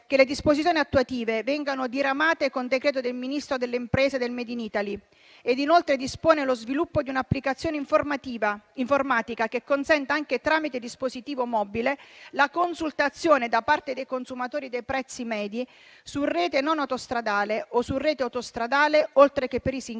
che le disposizioni attuative vengano diramate con decreto del Ministro delle imprese e del *made in Italy*. E inoltre dispone lo sviluppo di un'applicazione informatica che consenta anche tramite dispositivo mobile la consultazione da parte dei consumatori dei prezzi medi su rete non autostradale o su rete autostradale, oltre che per i singoli